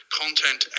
content